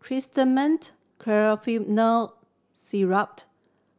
Chlorminet Syrup